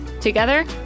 together